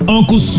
Uncle